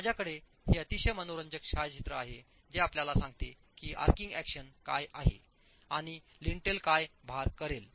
माझ्याकडे हे अतिशय मनोरंजक छायाचित्र आहे जे आपल्याला सांगते की आर्चिंग एक्शन काय आहे आणि लिंटेल काय भार करेल